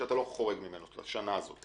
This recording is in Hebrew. שאתה לא חורג ממנו, השנה הזאת.